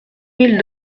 mille